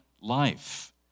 life